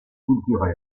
culturel